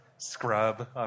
scrub